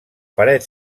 paret